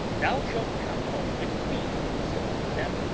thou shalt come home with me, said one of them,